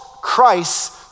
christ